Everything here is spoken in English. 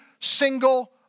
single